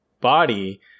body